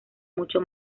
mucho